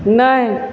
नहि